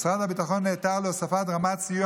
משרד הביטחון נעתר להוספת רמת סיוע